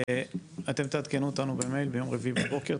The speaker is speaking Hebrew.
אתם תעדכנו אותנו במייל ביום רביעי בבוקר,